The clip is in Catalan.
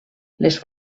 les